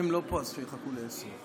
שב-09:30